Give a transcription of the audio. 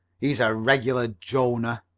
he's a regular jonah!